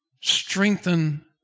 strengthen